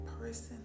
person